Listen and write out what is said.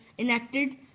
Enacted